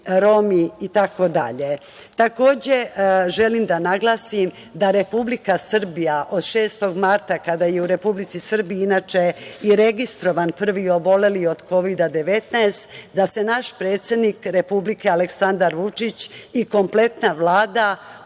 i tako dalje,